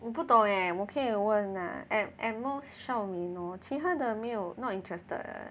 我不懂 eh 我可以问 lah at at most 少女 lor 其他的没有 not interested